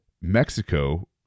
Mexico